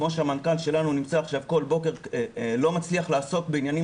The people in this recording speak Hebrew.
כמו שהמנכ"ל שלנו כל בוקר לא מצליח לעסוק בעניינים